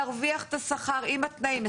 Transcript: להרוויח את השכר עם התנאים,